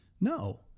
no